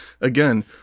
again